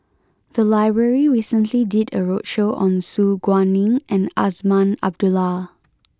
the library recently did a roadshow on Su Guaning and Azman Abdullah